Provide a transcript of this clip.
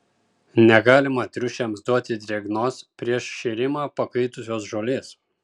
negalima triušiams duoti drėgnos prieš šėrimą pakaitusios žolės